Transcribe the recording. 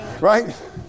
right